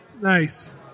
Nice